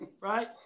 right